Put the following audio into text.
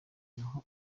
naho